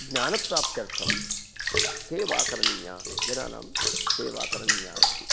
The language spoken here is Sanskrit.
ज्ञानप्राप्त्यर्थं सेवा करणीया जनानां सेवा करणीया इति